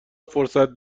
فرصت